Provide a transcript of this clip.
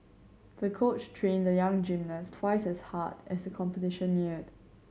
the coach trained the young gymnast twice as hard as the competition neared